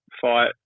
fight